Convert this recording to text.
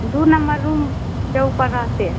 दो number room के ऊपर रहते हैं